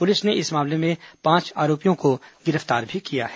police ने इस मामले में पांच आरोपियों को गिरफ्तार भी किया है